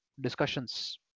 discussions